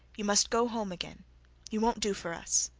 you must go home again you won't do for us